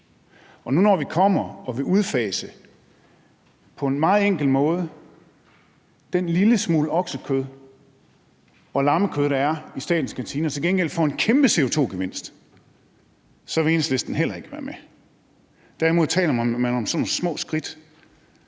og når vi nu kommer og på en meget enkel måde vil udfase den lille smule oksekød og lammekød, der er i statens kantiner, til gengæld for en kæmpe CO2-gevinst, vil Enhedslisten heller ikke være med. Derimod taler man om sådan nogle små skridt.